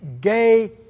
Gay